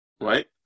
right